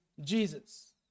Jesus